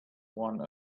one